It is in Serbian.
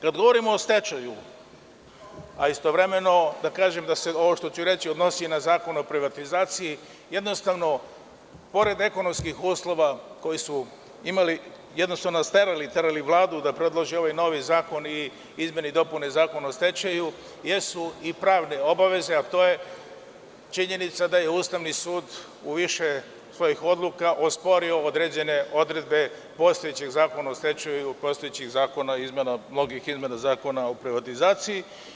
Kada govorimo o stečaju, a istovremeno bih rekao da ovo što ću reći se odnosi na Zakon o privatizaciji, jednostavno pored ekonomskih uslova koje su imali, jednostavno su nas terali, terali su Vladu da predloži ovaj novi zakon i izmene i dopune Zakona o stečaju, jesu i pravne obaveze, a to je činjenica da je Ustavni sud u više svojih odluka osporio određene odredbe postojećeg Zakona o stečaju i postojećeg a privatizaciji.